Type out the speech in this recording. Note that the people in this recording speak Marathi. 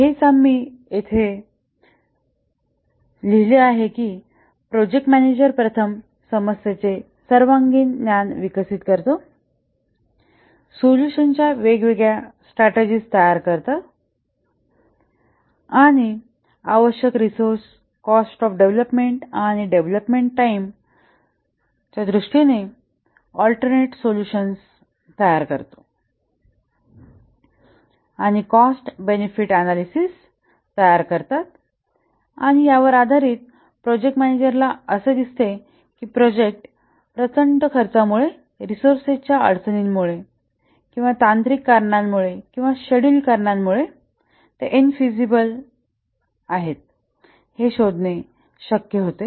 हेच आम्ही येथे लिहिले आहे की प्रोजेक्ट मॅनेजर प्रथम समस्येचे सर्वांगीण ज्ञान विकसित करतो सोल्युशन्सच्या वेगवेगळ्या स्ट्रॅटेजिस तयार करतो आणि आवश्यक रिसोर्स कॉस्ट ऑफ डेव्हलपमेंट आणि डेव्हलपमेंट टाइम दृष्टीने आल्टर्नेट सोल्यूशन्स तयार करतो आणि कॉस्ट बेनेफिट अनालिसिस तयार करतात आणि यावर आधारित प्रोजेक्ट मॅनेजरला असे दिसते की प्रोजेक्ट प्रचंड खर्चामुळे रिसोर्सच्या अडचणींमुळे तांत्रिक कारणामुळे किंवा शेड्युल कारणांमुळे ते इन फिजिबल आहे हे शोधणे शक्य होते